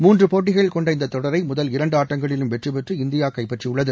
மூன்று போட்டிகள் கொண்ட இந்தத் தொடரை முதல் இரண்டு ஆட்டங்களிலும் வெற்றி பெற்று இந்தியா கைப்பற்றியுள்ளது